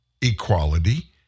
equality